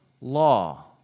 law